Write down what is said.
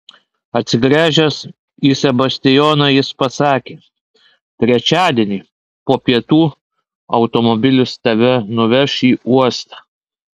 atsigręžęs į sebastijoną jis pasakė trečiadienį po pietų automobilis tave nuveš į uostą